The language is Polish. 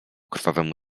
krwawemu